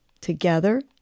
Together